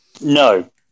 no